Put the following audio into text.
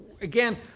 again